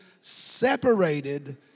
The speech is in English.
separated